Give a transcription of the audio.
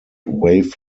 wave